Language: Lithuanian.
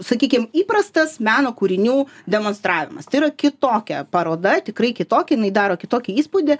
sakykim įprastas meno kūrinių demonstravimas tai yra kitokia paroda tikrai kitokia jinai daro kitokį įspūdį